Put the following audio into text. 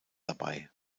dabei